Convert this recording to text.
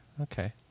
Okay